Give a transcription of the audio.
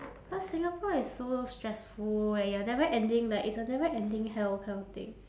cause singapore is so stressful where you're never ending like it's a never ending hell kind of thing